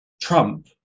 Trump